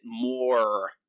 more